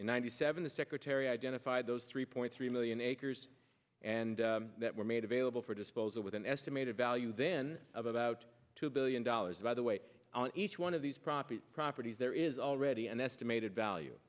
in ninety seven the secretary identified those three point three million acres and that were made available for disposal with an estimated value then of about two billion dollars by the way on each one of these profit properties there is already an estimated